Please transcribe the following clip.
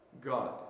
God